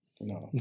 No